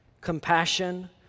compassion